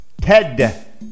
TED